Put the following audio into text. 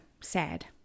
SAD